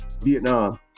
Vietnam